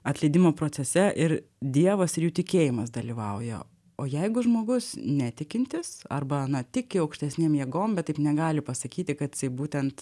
atleidimo procese ir dievas ir jų tikėjimas dalyvauja o jeigu žmogus netikintis arba na tiki aukštesnėm jėgom bet taip negali pasakyti kad jisai būtent